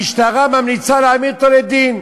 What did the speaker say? המשטרה ממליצה להעמיד אותו לדין.